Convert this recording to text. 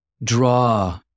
Draw